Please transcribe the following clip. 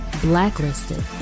Blacklisted